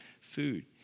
food